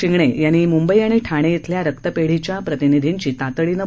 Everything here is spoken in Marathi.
शिंगणे यांनी मुंबई आणि ठाणे इथल्या रक्तपेढीच्या प्रतिनिधी यांची तातडीनं